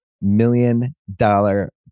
million-dollar